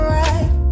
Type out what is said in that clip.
right